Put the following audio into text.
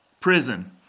prison